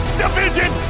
division